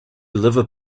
liver